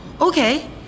okay